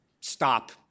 stop